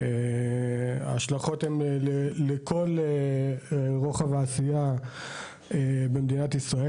ההשלכות הן לכל רוחב העשייה הממשלתית במדינת ישראל,